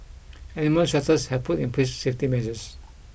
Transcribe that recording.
animal shelters have put in place safety measures